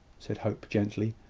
said hope, gently.